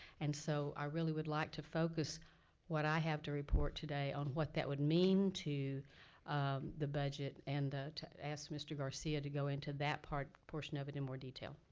and so, i really would like to focus what i have to report today on what that would mean to the budget. and to ask mr. garcia to go into that portion of it in more detail.